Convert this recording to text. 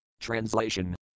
TRANSLATION